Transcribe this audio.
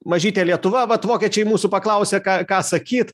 mažytė lietuva vat vokiečiai mūsų paklausė ką ką sakyt